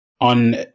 On